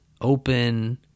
open